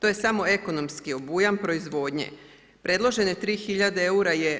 To je samo ekonomski obujam proizvodnji, predložene 3 hiljade eura je